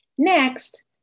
Next